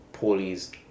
Paulie's